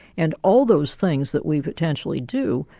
and all those things that we potentially do,